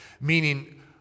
meaning